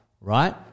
right